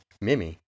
mimi